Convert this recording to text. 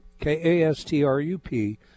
K-A-S-T-R-U-P